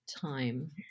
time